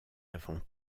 avant